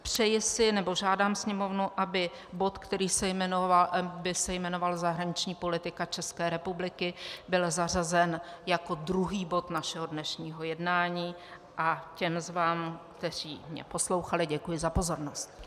Přeji si, nebo žádám Sněmovnu, aby bod, který by se jmenoval Zahraniční politika České republiky, byl zařazen jako druhý bod našeho dnešního jednání, a těm z vás, kteří poslouchali, děkuji za pozornost.